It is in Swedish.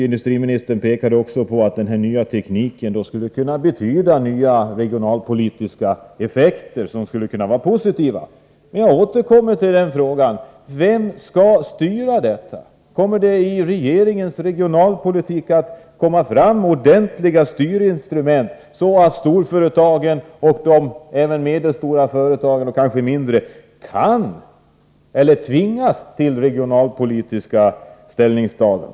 Industriministern pekade också på att denna nya teknik skulle kunna betyda nya regionalpolitiska effekter, som kunde vara positiva. Jag återkommer till frågan: Vem skall styra detta? Kommer det att i regeringens regionalpolitik bli ordentliga styrinstrument, så att storföretagen och även medelstora företag — och kanske mindre företag — tvingas till regionalpolitis ka ställningstaganden?